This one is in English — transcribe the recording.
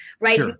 right